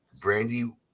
Brandy